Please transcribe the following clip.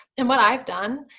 and what i've done,